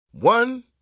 One